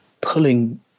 pulling